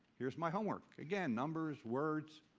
here's my homework. again, numbers, words,